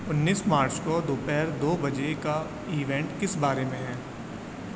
انیس March کو دوپہر دو بجے کا ایونٹ کس بارے میں ہے